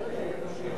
הכנסת.